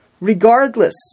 regardless